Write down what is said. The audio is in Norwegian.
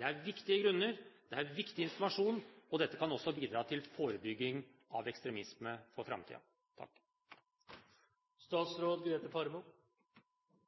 Det er viktige grunner, det er viktig informasjon, og det kan også bidra til forebygging av ekstremisme